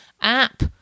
app